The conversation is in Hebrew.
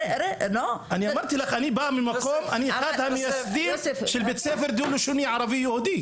אני אחד המייסדים של בית ספר דו-לשוני ערבי-יהודי.